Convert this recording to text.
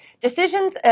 Decisions